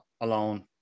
alone